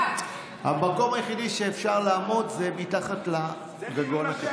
המקום היחיד שאפשר לעמוד בו זה מתחת לגגון.